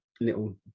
little